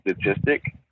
statistic